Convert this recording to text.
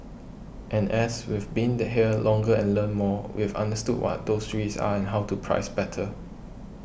and as we've been the hill longer and learnt more we've understood what those three's are and how to price better